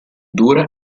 dura